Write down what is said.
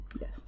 Yes